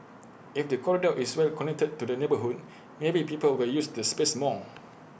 if the corridor is well connected to the neighbourhood maybe people will use the space more